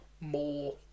more